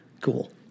Cool